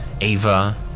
Ava